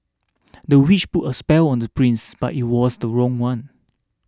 the witch put a spell on the prince but it was the wrong one